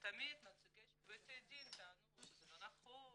ותמיד נציגי בתי הדין טענו שזה לא נכון ולהיפך,